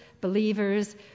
believers